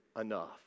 enough